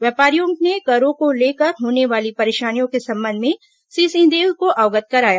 व्यापारियों ने करों को लेकर होने वाली परेशानियों के संबंध में श्री सिंहदेव को अवगत कराया